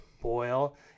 boil